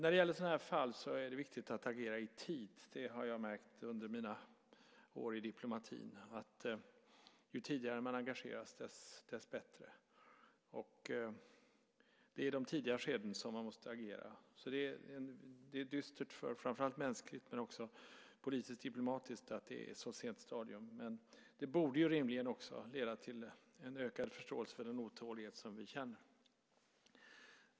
Det är viktigt att agera i tid i sådana här fall. Det har jag märkt under mina år i diplomatin. Ju tidigare man engageras, desto bättre är det. Det är i de tidiga skedena som man måste agera. Det är dystert, framför allt mänskligt men också politiskt diplomatiskt, att det är ett så sent stadium. Men det borde ju rimligen också leda till en ökad förståelse för den otålighet som vi känner.